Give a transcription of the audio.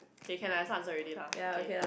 K can lah this one answer already lah K